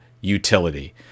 utility